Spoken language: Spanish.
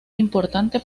importante